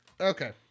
Okay